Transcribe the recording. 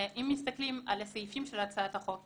אם מסתכלים על הסעיפים של הצעת החוק,